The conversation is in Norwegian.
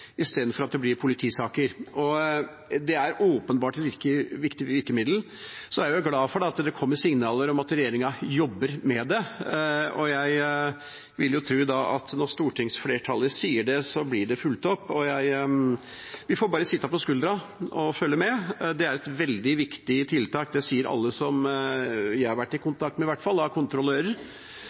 istedenfor at det blir politisaker. Det er åpenbart et viktig virkemiddel. Jeg er glad for at det kommer signaler om at regjeringa jobber med det, og jeg vil tro at når stortingsflertallet sier det, blir det fulgt opp. Vi får bare sitte på skuldra og følge med. Det er et veldig viktig tiltak. Det sier i hvert fall alle kontrollører jeg har vært i kontakt med.